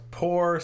poor